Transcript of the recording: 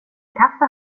kaffe